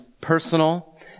personal